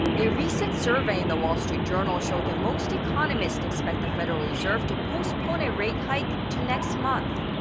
a recent survey in the wall street journal showed that most economists expect the federal reserve to postpone a rate hike to next month.